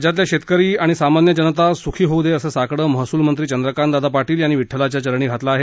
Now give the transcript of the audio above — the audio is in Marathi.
राज्यातला शेतकरी आणि सामान्य जनता सुखी होऊ दे असं साकडं महसूल मंत्री चंद्रकांतदादा पाटील यांनी विठ्ठलाच्या चरणी घातलं आहे